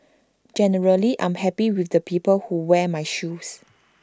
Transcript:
generally I'm happy with the people who wear my shoes